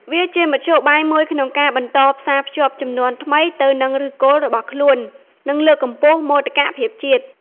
វាជាមធ្យោបាយមួយក្នុងការបន្តផ្សារភ្ជាប់ជំនាន់ថ្មីទៅនឹងឫសគល់របស់ខ្លួន និងលើកកម្ពស់មោទកភាពជាតិ។